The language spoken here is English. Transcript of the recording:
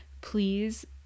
please